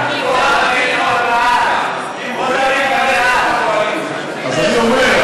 אז אני אומר,